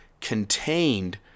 contained